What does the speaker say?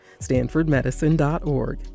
stanfordmedicine.org